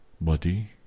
body